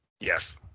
Yes